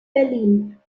berlin